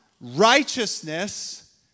righteousness